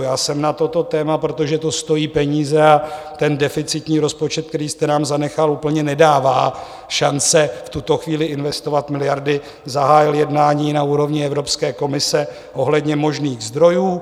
Já jsem na toto téma, protože to stojí peníze a ten deficitní rozpočet, který jste nám zanechal, úplně nedává šance v tuto chvíli investovat miliardy, zahájil jednání na úrovni Evropské komise ohledně možných zdrojů.